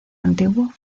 antiguo